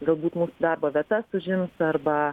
galbūt mūsų darbo vietas užims arba